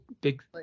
big